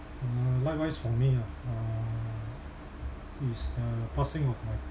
uh likewise for me ah uh it's uh passing of my